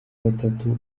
batatu